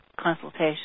consultation